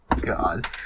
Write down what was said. God